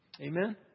Amen